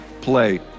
play